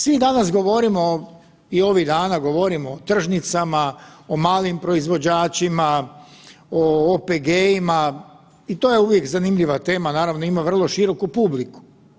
Svi danas govorimo i ovih dana govorimo o tržnicama, o malim proizvođačima, o OPG-ima i to je uvijek zanimljiva tema naravno ima vrlo široku publiku.